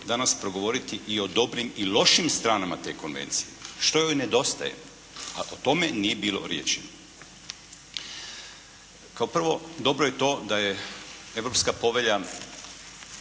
danas progovoriti i o dobrim i lošim stranama te konvencije. Što joj nedostaje? A o tome nije bilo riječi. Kao prvo, dobro je to da je europska povelja